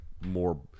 more